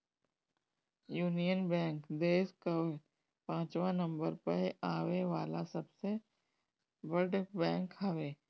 union bank देस कअ पाचवा नंबर पअ आवे वाला सबसे बड़ बैंक हवे